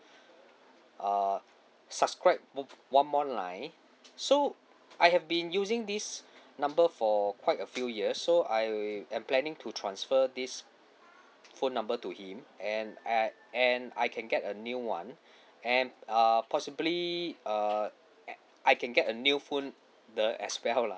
uh subscribe one more line so I have been using this number for quite a few years so I am planning to transfer this phone number to him and add and I can get a new one and err possibly uh I can get a new phone the as well lah